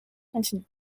continue